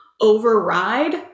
override